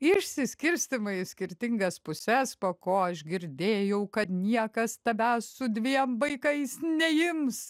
išsiskirstymai į skirtingas puses po ko aš girdėjau kad niekas tavęs su dviem vaikais neims